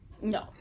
No